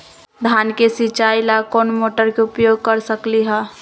धान के सिचाई ला कोंन मोटर के उपयोग कर सकली ह?